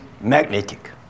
magnetic